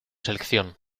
selección